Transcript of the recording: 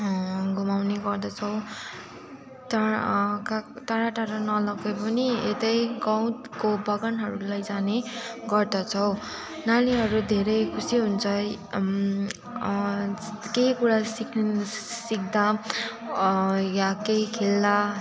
घुमाउने गर्दछौँ तर कहाँ टाढा टाढा नलगे पनि यतै गाउँको बगानहरू लैजाने गर्दछौँ नानीहरू धेरै खुसी हुन्छ केही कुरा सिक्नु सिक्दा यहाँ केही खेल्दा